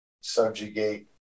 subjugate